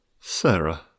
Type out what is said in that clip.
Sarah